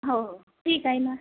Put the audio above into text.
हो हो ठीक आहे ना